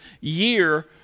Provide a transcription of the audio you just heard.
year